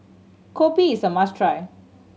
kopi is a must try